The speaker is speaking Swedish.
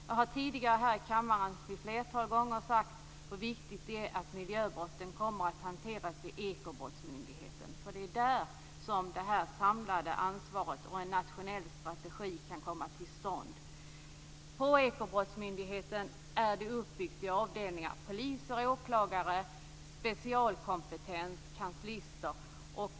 Jag har flera gånger sagt hur viktigt det är att miljöbrotten kommer att hanteras vid ekobrottsmyndigheten. Det är där det samlade ansvaret och en nationell strategi kan komma till stånd. Ekobrottsmyndigheten är uppbyggd i avdelningar, dvs. poliser, åklagare, de med specialkompetens och kanslister.